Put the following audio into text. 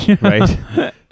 right